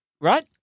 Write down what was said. Right